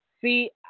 See